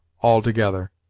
altogether